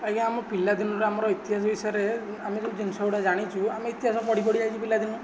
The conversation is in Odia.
ଆଜ୍ଞା ଆମ ପିଲାଦିନରୁ ଆମର ଇତିହାସ ବିଷୟରେ ଆମେ ଯେଉଁ ଜିନିଷ ଗୁଡ଼ା ଜାଣିଛୁ ଆମେ ଇତିହାସ ପଢ଼ି ପଢ଼ି ଆସିଛୁ ପିଲାଦିନୁ